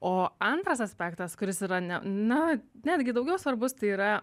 o antras aspektas kuris yra ne na netgi daugiau svarbus tai yra